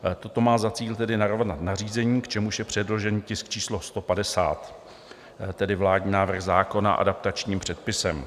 Toto má za cíl tedy narovnat nařízení, k čemuž je předložený tisk číslo 150, tedy vládní návrh zákona, adaptačním předpisem.